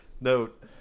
Note